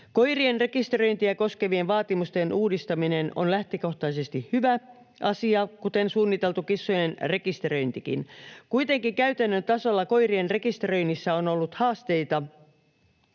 Koirien rekisteröintiä koskevien vaatimusten uudistaminen on lähtökohtaisesti hyvä asia, kuten suunniteltu kissojen rekisteröintikin. Kuitenkin käytännön tasolla koirien rekisteröinnissä on ollut haasteita